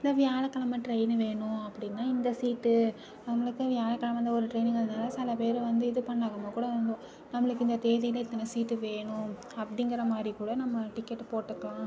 இந்த வியாழக்கிழமை டிரெயின் வேணும் அப்படினா இந்த சீட்டு நம்மளுக்கு வியாழக்கிழமை அந்த ஒரு டிரெயினுங்குறதுனால சில பேர் வந்து இது பண்ணாமல் கூட வந்து நம்மளுக்கு இந்த தேதியில் இத்தனை சீட்டு வேணும் அப்படிங்கிற மாதிரி கூட நம்ம டிக்கெட்டு போட்டுக்கலாம்